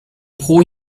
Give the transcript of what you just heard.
pro